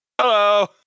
Hello